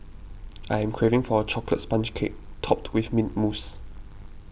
I'm craving for a Chocolate Sponge Cake Topped with Mint Mousse